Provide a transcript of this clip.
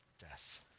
death